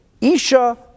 Isha